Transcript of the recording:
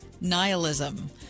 nihilism